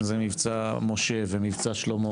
אם זה מבצע משה ומבצע שלמה